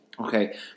Okay